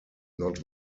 not